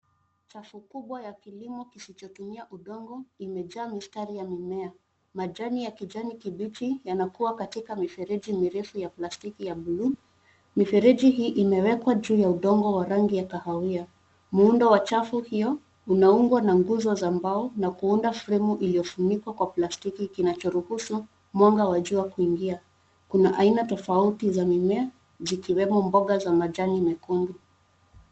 Chafu kubwa ya kilimo kisichotumia udongo imejaa mistari ya mimea. Majani ya kijani kibichi yanakuwa katika mifereji mirefu ya plastiki ya bluu. Mifereji hii imewekwa juu ya udongo wa rangi ya kahawia. Muundo wa chafu hio unaungwa na nguzo za mbao na kuunda fremu iliyofunikwa kwa plastiki kinachoruhusu mwanga wa jua kuingia. Kuna aina tofauti za mimea zikiwemo mboga za majani mekundu.